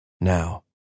Now